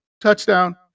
touchdown